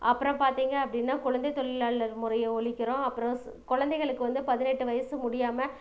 அப்புறம் பார்த்திங்க அப்படின்னா குழந்தை தொழிலாளர் முறையை ஒழிக்கிறோம் அப்புறம் சு குழந்தைங்களுக்கு வந்து பதினெட்டு வயசு முடியாமல்